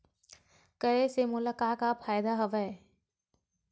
करे से मोला का का फ़ायदा हवय?